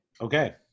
Okay